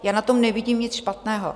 Já na tom nevidím nic špatného.